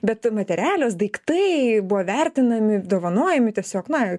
bet materialios daiktai buvo vertinami dovanojami tiesiog na